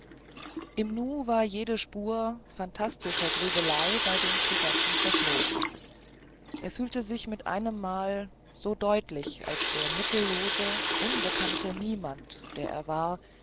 im nu war jede spur phantastischer grübelei bei dem studenten verflogen er fühlte sich mit einemmal so deutlich als der mittellose unbekannte niemand der er war